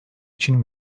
için